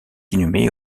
inhumée